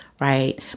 right